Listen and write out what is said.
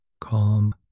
Calm